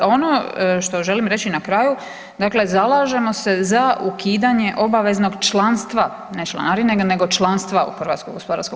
Ono što želim reći na kraju, dakle zalažemo se za ukidanje obaveznog članstva ne članarine nego članstva u HGK.